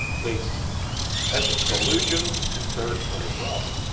see thats a solution in search of a problem,